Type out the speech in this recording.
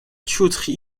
tuyauterie